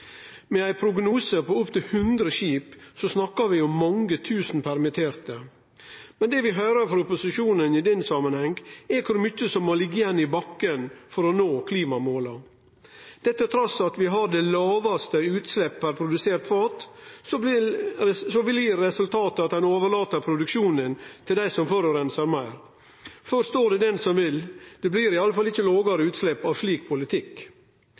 Med ein prognose på opptil 100 skip snakkar vi om mange tusen permitterte. Men det vi høyrer frå opposisjonen i den samanheng, er kor mykje som må liggje igjen i bakken for å nå klimamåla. Trass i at vi har det lågaste utsleppet per produsert fat, blir resultatet at ein overlèt produksjonen til dei som forureinar meir. Forstå det den som vil! Det blir iallfall ikkje lågare utslepp av slik politikk.